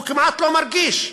הוא כמעט לא מרגיש.